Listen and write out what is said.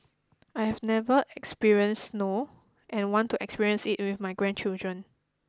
I have never experienced snow and want to experience it with my grandchildren